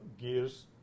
gears